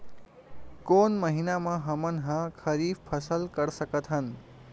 कोन महिना म हमन ह खरीफ फसल कर सकत हन?